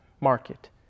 market